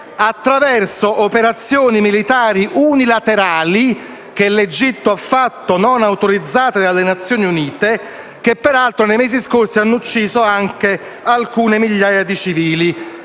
attraverso operazioni militari unilaterali che l'Egitto ha fatto, non autorizzate dalle Nazioni Unite, che peraltro nei mesi scorso hanno ucciso anche alcune migliaia civili.